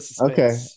Okay